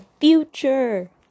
future